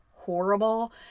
horrible